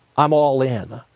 i'm all in.